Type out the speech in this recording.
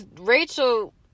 Rachel